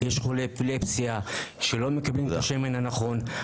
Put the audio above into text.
יש חולי אפילפסיה שלא מקבלים את השמן הנכון.